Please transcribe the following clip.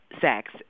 sex